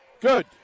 Good